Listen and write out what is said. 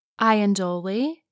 Iandoli